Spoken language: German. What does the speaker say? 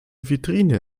vitrine